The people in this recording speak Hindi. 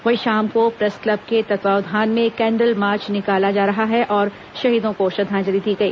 वहीं शाम को प्रेस क्लब के तत्वावधान में कैंडल मार्च निकाला गया और शहीदों को श्रद्धांजलि दी गई